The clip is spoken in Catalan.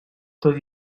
tot